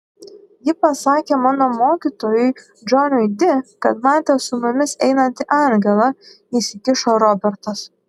ji pasakė mano mokytojui džonui di kad matė su mumis einantį angelą įsikišo robertas